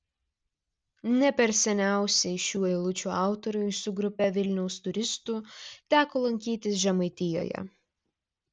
ne per seniausiai šių eilučių autoriui su grupe vilniaus turistų teko lankytis žemaitijoje